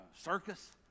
circus